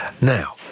Now